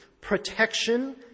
protection